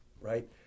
right